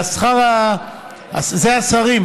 זה השרים,